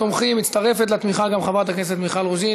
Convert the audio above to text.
לוועדת העבודה, הרווחה